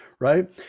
right